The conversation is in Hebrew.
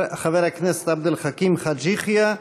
חבר הכנסת עבד אל חכים חאג' יחיא,